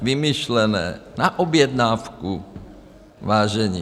Vymyšlené na objednávku, vážení.